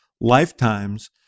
lifetimes